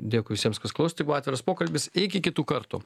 dėkui visiems kas klausėt tai buvo atviras pokalbis iki kitų kartų